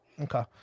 Okay